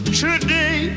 today